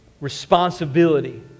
responsibility